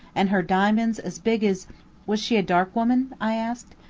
and her diamonds as big as was she a dark woman? i asked.